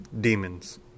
demons